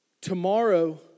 Tomorrow